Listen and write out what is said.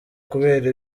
kubera